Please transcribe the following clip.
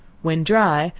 when dry,